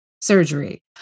surgery